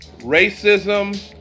racism